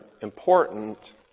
important